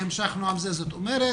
והמשכנו עם זה, זאת אומרת,